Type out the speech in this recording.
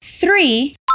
Three